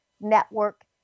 Network